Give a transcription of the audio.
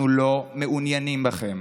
אנחנו לא מעוניינים בכם.